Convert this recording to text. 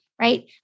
right